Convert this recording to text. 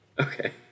Okay